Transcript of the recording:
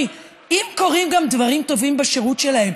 אם קורים גם דברים טובים בשירות שלהם,